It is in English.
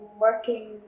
working